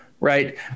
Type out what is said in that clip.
right